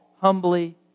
humbly